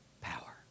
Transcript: power